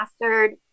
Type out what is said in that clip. mastered